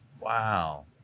wow